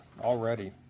already